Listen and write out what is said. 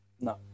no